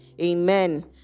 amen